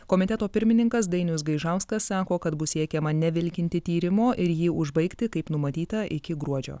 komiteto pirmininkas dainius gaižauskas sako kad bus siekiama nevilkinti tyrimo ir jį užbaigti kaip numatyta iki gruodžio